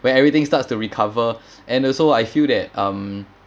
where everything starts to recover and also I feel that um